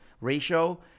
ratio